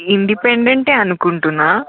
independent అనుకుంటున్నాను